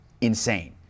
insane